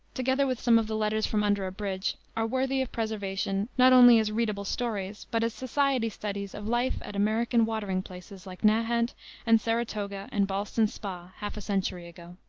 together with some of the letters from under a bridge, are worthy of preservation, not only as readable stories, but as society studies of life at american watering places like nahant and saratoga and ballston spa half a century ago.